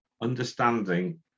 understanding